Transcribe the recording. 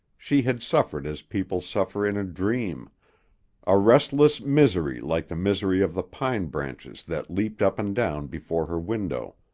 she had suffered as people suffer in a dream a restless misery like the misery of the pine branches that leaped up and down before her window.